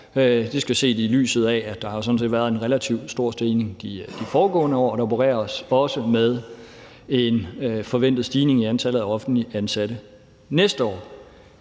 Det skal ses i lyset af, at der sådan set har været en relativt stor stigning de foregående år, og der opereres også med en forventet stigning i antallet af offentligt ansatte næste år.